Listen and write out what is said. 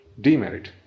demerit